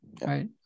Right